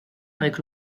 avec